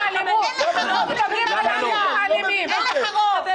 אין לך רוב.